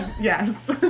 Yes